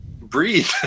breathe